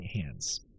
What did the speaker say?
hands